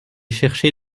cherché